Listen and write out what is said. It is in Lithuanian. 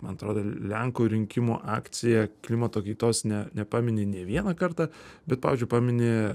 man atrodo lenkų rinkimų akcija klimato kaitos ne nepamini nė vieną kartą bet pavyzdžiui pamini